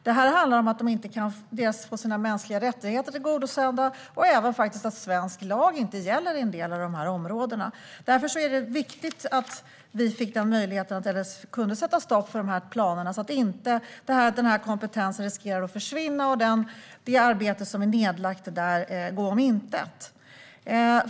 Det handlar om att de inte kan få sina mänskliga rättigheter tillgodosedda och även om att svensk lag inte gäller i en del av dessa områden. Därför var det viktigt att vi kunde sätta stopp för dessa planer så att inte kompetensen riskerar att försvinna och det arbete som är nedlagt gå om intet.